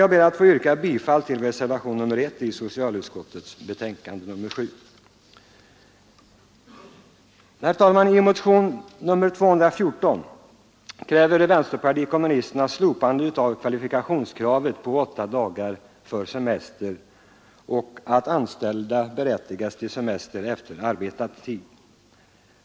Jag ber att få yrka bifall till reservationen 1 i socialutskottets betänkande nr 7. I motionen 214 kräver vänsterpartiet kommunisterna att man slopar kvalifikationskravet på åtta dagar för semester och att anställda berättigas till semester efter arbetad tid.